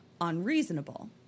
unreasonable